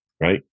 Right